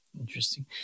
Interesting